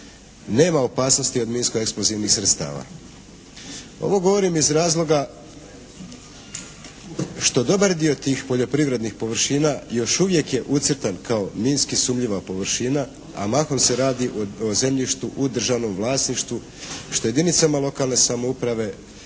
nema opasnosti od minsko-eksplozivnih sredstava. Ovo govorim iz razloga što dobar dio tih poljoprivrednih površina još uvijek je ucrtan kao minski sumnjiva površina a mahom se radi o zemljištu u državnom vlasništvu što jedinicama lokalne samouprave